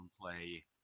play